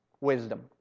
wisdom